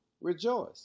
rejoice